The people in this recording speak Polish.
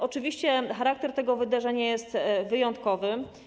Oczywiście charakter tego wydarzenia jest wyjątkowy.